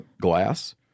glass